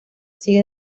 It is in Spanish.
sigue